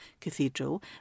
Cathedral